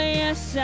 yes